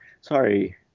Sorry